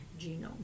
genome